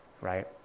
right